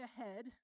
ahead